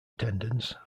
attendance